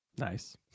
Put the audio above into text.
Nice